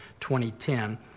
2010